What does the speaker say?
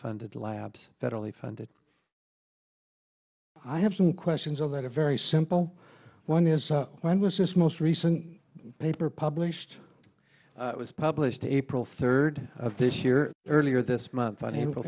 funded labs federally funded i have some questions of that a very simple one and so when was this most recent paper published it was published april third of this year earlier this month on